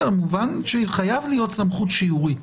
מובן שחייבת להיות סמכות שיורית.